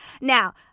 Now